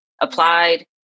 applied